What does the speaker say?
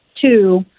Two